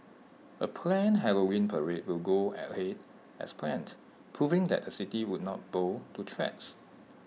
A planned Halloween parade will go ahead as planned proving that the city would not bow to threats